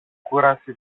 κούραση